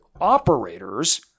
operators